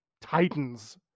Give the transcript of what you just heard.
titans